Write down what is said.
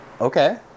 Okay